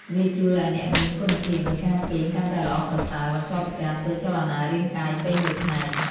វាជួយឱ្យអ្នកមានគុណភាពនៃការគេងកាន់តែល្អប្រសើរ បន្ទាប់ពីការធ្វើចលនារាងកាយពេញមួយថ្ងៃ។